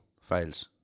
files